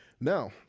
Now